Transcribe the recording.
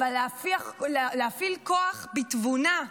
אבל להפעיל כוח בתבונה,